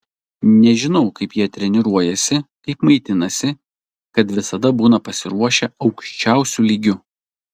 nežinau kaip jie treniruojasi kaip maitinasi kad visada būna pasiruošę aukščiausiu lygiu